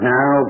Now